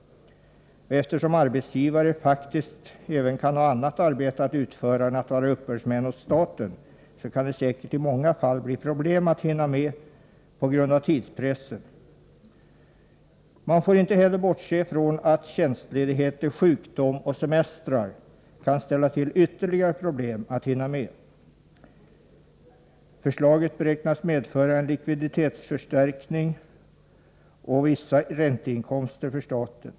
Eftersom arbetsgivare faktiskt även kan ha annat arbete att utföra än att vara uppbördsmän åt staten, kan det säkert också i många fall på grund av tidspressen bli problem när det gäller att hinna med dessa åligganden. Man får inte heller bortse från att tjänstledigheter, sjukdomar och semestrar kan ställa till ytterligare problem. Förslaget beräknas medföra en likviditetsförstärkning och vissa ränteinkomster för staten.